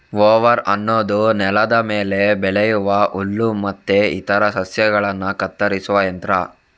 mower ಅನ್ನುದು ನೆಲದ ಮೇಲೆ ಬೆಳೆಯುವ ಹುಲ್ಲು ಮತ್ತೆ ಇತರ ಸಸ್ಯಗಳನ್ನ ಕತ್ತರಿಸುವ ಯಂತ್ರ